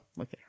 okay